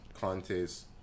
Conte's